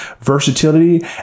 versatility